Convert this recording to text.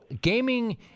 gaming